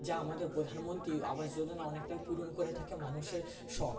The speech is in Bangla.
যা আমাদের প্রধানমন্ত্রী আবাস যোজনা অনেকটাই পূরণ করে থাকে মানুষের শখ